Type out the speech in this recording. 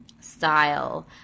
style